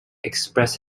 express